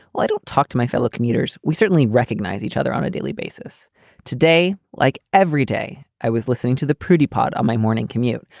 i don't talk to my fellow commuters. we certainly recognize each other on a daily basis today, like every day. i was listening to the pretty part of my morning commute,